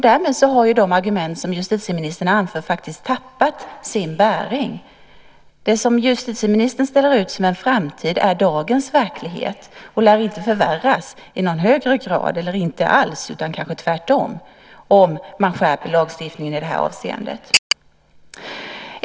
Därmed har ju de argument som justitieministern anför faktiskt tappat sin bäring. Det som justitieministern ställer ut som en framtid är dagens verklighet och lär inte förvärras i någon högre grad, kanske inte alls eller tvärtom, om man skärper lagstiftningen i det här avseendet.